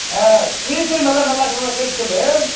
ஆ வீட்லையும் நல்லா நல்லாயிருக்கிறாங்களா கேட்டு சொல்